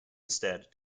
instead